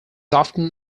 often